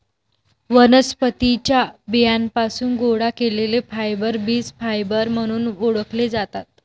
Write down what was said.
वनस्पतीं च्या बियांपासून गोळा केलेले फायबर बीज फायबर म्हणून ओळखले जातात